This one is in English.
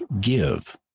give